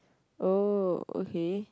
oh okay